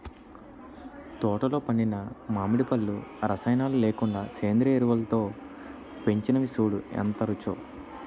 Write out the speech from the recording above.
తోటలో పండిన మావిడి పళ్ళు రసాయనాలు లేకుండా సేంద్రియ ఎరువులతో పెంచినవి సూడూ ఎంత రుచో